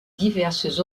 diverses